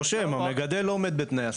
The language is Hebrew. הוא רושם "המגדל לא עומד בתנאי הסף".